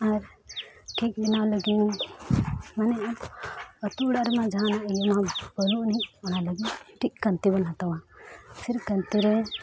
ᱟᱨ ᱵᱮᱱᱟᱣ ᱞᱟᱹᱜᱤᱫ ᱢᱟᱱᱮ ᱟᱛᱳᱼᱚᱲᱟᱜ ᱨᱮᱱᱟᱜ ᱡᱟᱦᱟᱱᱟᱜ ᱤᱭᱟᱹ ᱢᱟ ᱵᱟᱹᱱᱩᱜ ᱟᱹᱱᱤᱡ ᱚᱱᱟ ᱞᱟᱹᱜᱤᱫ ᱢᱤᱫᱴᱤᱡ ᱠᱟᱱᱛᱤ ᱵᱚᱱ ᱦᱟᱛᱟᱣᱟ ᱯᱷᱤᱨ ᱠᱟᱱᱛᱤ ᱨᱮ